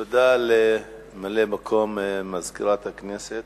תודה לממלא-מקום מזכירת הכנסת.